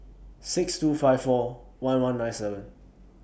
six two five four one one nine seven